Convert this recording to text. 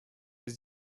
jest